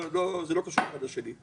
זה לא קשור אחד לשני.